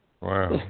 Wow